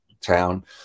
town